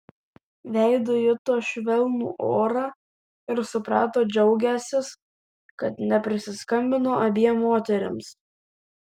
veidu juto švelnų orą ir suprato džiaugiąsis kad neprisiskambino abiem moterims